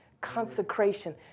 Consecration